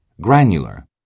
Granular